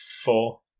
Four